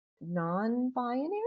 non-binary